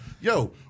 Yo